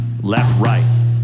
left-right